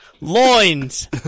Loins